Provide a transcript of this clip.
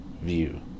view